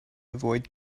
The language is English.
avoid